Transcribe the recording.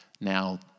now